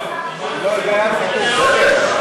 אני מצביע לפי התקנון,